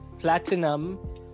Platinum